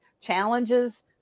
challenges